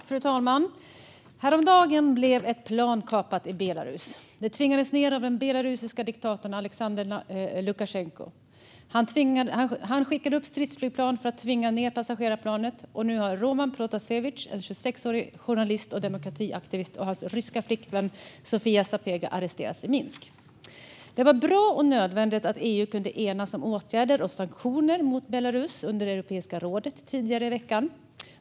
Fru talman! Häromdagen blev ett plan kapat i Belarus. Det tvingades ned av den belarusiske diktatorn Aleksandr Lukasjenko. Han skickade upp stridsflygplan för att tvinga ned passagerarplanet. Nu har Roman Protasevitj, en 26-årig journalist och demokratiaktivist, och hans ryska flickvän Sofia Sapega arresterats i Minsk. Det var bra och nödvändigt att EU kunde enas om åtgärder och sanktioner mot Belarus under Europeiska rådets möte tidigare i veckan.